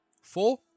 four